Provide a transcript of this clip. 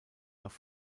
nach